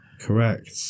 Correct